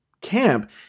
camp